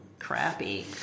crappy